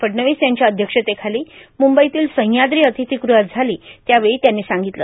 फडणवीस यांच्या अध्यक्षतेखाली मुंबईतील सह्याद्री अतिथीगृहात झाली यावेळी त्यांनी सांगितलं